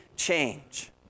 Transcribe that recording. Change